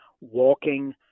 walking